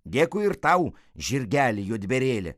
dėkui ir tau žirgeli juodbėrėli